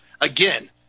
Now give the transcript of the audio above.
again